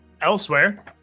elsewhere